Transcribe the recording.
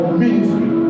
ministry